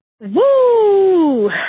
Woo